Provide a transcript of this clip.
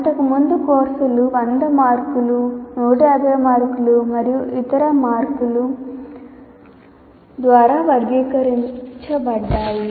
అంతకుముందు కోర్సులు 100 మార్కులు 150 మార్కులు మరియు ఇతర మార్కుల ద్వారా వర్గీకరించబడ్డాయి